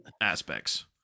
aspects